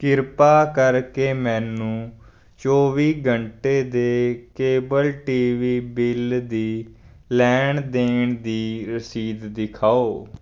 ਕਿਰਪਾ ਕਰਕੇ ਮੈਨੂੰ ਚੌਵੀ ਘੰਟੇ ਦੇ ਕੇਬਲ ਟੀਵੀ ਬਿੱਲ ਦੀ ਲੈਣ ਦੇਣ ਦੀ ਰਸੀਦ ਦਿਖਾਓ